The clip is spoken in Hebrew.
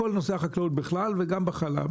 בכל נושא החקלאות בכלל, וגם בחלב.